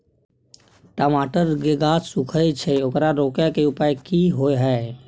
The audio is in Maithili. टमाटर के गाछ सूखे छै ओकरा रोके के उपाय कि होय है?